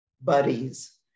buddies